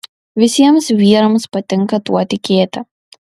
visiems vyrams patinka tuo tikėti